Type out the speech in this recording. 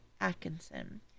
Atkinson